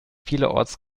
vielerorts